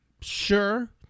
sure